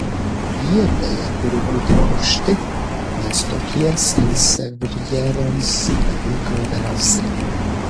jie beje turi būti aukšti nes tokie sansevjeroms patinka labiausiai